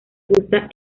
gusta